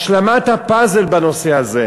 השלמת הפאזל בנושא הזה,